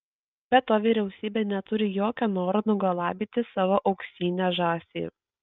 be to vyriausybė neturi jokio noro nugalabyti savo auksinę žąsį